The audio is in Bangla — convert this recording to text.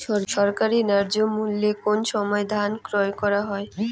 সরকারি ন্যায্য মূল্যে কোন সময় ধান ক্রয় করা হয়?